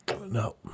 No